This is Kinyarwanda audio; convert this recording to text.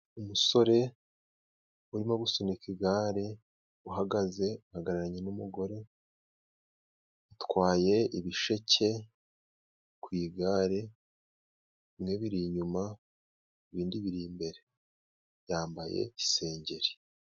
Umusore urimo gusunika igare uhagaze ahagararanye n'umugore, atwaye ibisheke ku igare bimwe biri inyuma, ibindi biri imbere, yambaye isengeri.